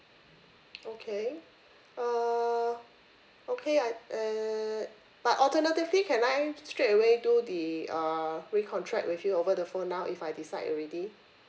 okay err okay I uh but alternatively can I s~ straight away do the err recontract with you over the phone now if I decide already